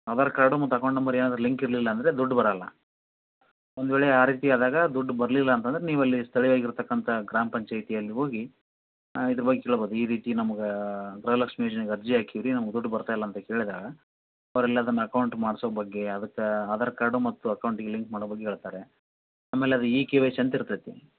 Aadhaar card ಮತ್ತು account number ಏನಾದರೂ link ಇರಲಿಲ್ಲ ಅಂದರೆ ದುಡ್ಡು ಬರೋಲ್ಲ ಒಂದು ವೇಳೆ ಆ ರೀತಿಯಾದಾಗ ದುಡ್ಡು ಬರಲಿಲ್ಲ ಅಂತಂದರೆ ನೀವಲ್ಲಿ ಸ್ಥಳೀಯಾಗ ಇರತಕ್ಕಂಥ ಗ್ರಾಮ ಪಂಚಾಯಿತಿಯಲ್ಲಿ ಹೋಗಿ ಇದ್ರ ಬಗ್ಗೆ ಕೇಳ್ಬೌದು ಈ ರೀತಿ ನಮ್ಗೆ ಗೃಹಲಕ್ಷ್ಮಿ ಯೋಜನೆಗೆ ಅರ್ಜಿ ಹಾಕೀವಿ ರಿ ನಮ್ಗೆ ದುಡ್ಡು ಬರ್ತಾ ಇಲ್ಲ ಅಂತ ಕೇಳಿದಾಗ ಅವರು ಅಲ್ಲಿ ಅದನ್ನ ಅಕೌಂಟ್ ಮಾಡಿಸೋ ಬಗ್ಗೆ ಅದಕ್ಕೆ ಆಧಾರ್ ಕಾರ್ಡು ಮತ್ತು ಅಕೌಂಟಿಗೆ ಲಿಂಕ್ ಮಾಡೋ ಬಗ್ಗೆ ಹೇಳ್ತಾರೆ ಆಮೇಲೆ ಅದು ಇ ಕೆ ವೈ ಸಿ ಅಂತ ಇರ್ತೈತಿ